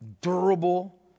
durable